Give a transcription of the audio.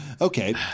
Okay